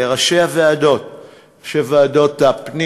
לראשי הוועדות,